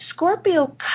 Scorpio